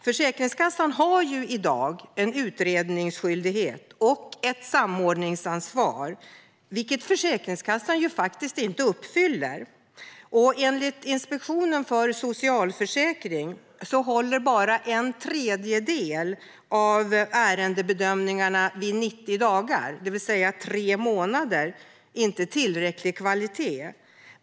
Försäkringskassan har i dag en utredningsskyldighet och ett samordningsansvar, vilket Försäkringskassan faktiskt inte uppfyller. Enligt Inspektionen för socialförsäkringen håller endast en tredjedel av ärendebedömningarna vid 90 dagar, det vill säga vid tre månader, tillräcklig kvalitet.